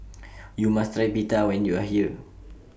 YOU must Try Pita when YOU Are here